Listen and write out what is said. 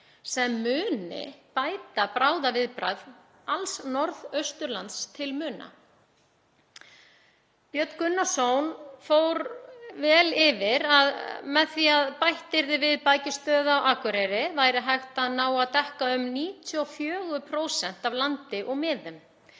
sem muni bæta bráðaviðbragð alls Norðausturlands til muna. Björn Gunnarsson fór vel yfir það að með því að bætt yrði við bækistöð á Akureyri væri hægt að ná að dekka um 94% af landi og miðum